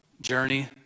journey